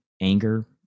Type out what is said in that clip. anger